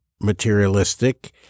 materialistic